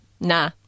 Nah